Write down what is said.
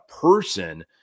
person